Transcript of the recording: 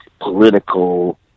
political